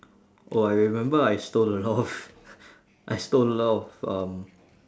oh I remember I stole a lot of I stole a lot of um